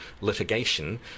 litigation